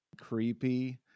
creepy